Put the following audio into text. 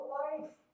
life